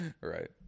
Right